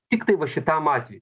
tiktai va šitam atvejui